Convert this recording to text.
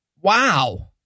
Wow